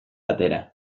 atera